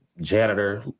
janitor